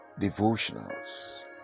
devotionals